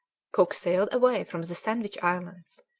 cook sailed away from the sandwich islands,